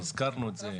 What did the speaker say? והזכרנו את זה,